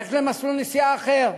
ללכת למסלול נסיעה אחר.